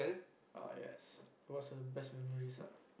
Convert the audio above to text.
err yes it was a best memories ah